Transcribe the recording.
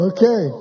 Okay